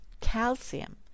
Calcium